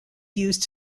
used